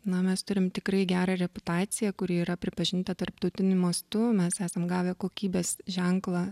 na mes turim tikrai gerą reputaciją kuri yra pripažinta tarptautiniu mastu mes esam gavę kokybės ženklą